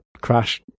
crash